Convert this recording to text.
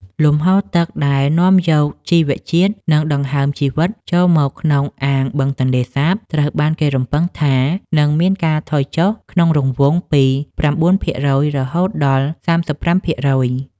លំហូរទឹកដែលនាំយកនូវជីវជាតិ និងដង្ហើមជីវិតចូលមកក្នុងអាងបឹងទន្លេសាប ត្រូវបានគេរំពឹងថានឹងមានការថយចុះក្នុងរង្វង់ពី ៩% រហូតដល់ ៣៥%។